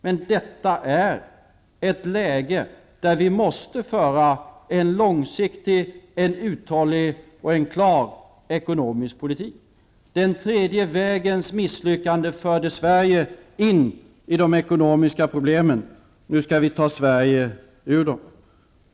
Men detta är ett läge där vi måste föra en långsiktig, uthållig och klar ekonomisk politik. Den tredje vägens misslyckande förde Sverige in i de ekonomiska problemen. Nu skall vi ta Sverige ur dem.